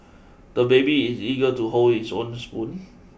the baby is eager to hold his own spoon